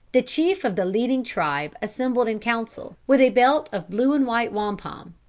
the chief of the leading tribe assembled in council, with a belt of blue and white wampum.